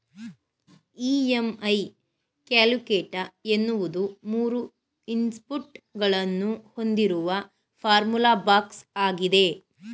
EMI calculator ಎನ್ನುವುದು ಮೂರು input ಗಳನ್ನು ಹೊಂದಿರುವ ಫಾರ್ಮುಲಾ ಬಾಕ್ಸ್ ಆಗಿದೆ